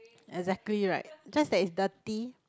exactly right just like it's thirty